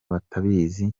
batabizi